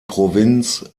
provinz